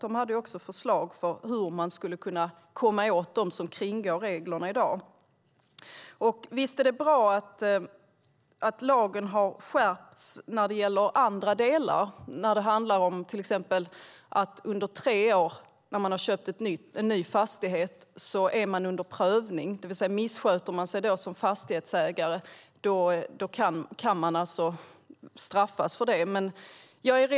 De hade också förslag på hur man skulle kunna komma åt dem som kringgår reglerna i dag. Visst är det bra att lagen har skärpts när det gäller andra delar, till exempel att man är under prövning under tre år när man har köpt en ny fastighet. Missköter man sig då som fastighetsägare kan man straffas för det.